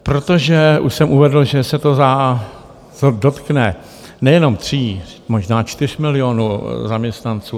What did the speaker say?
Protože už jsem uvedl, že se to A, dotkne nejenom tří, možná čtyř, milionů zaměstnanců.